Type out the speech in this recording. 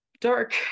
dark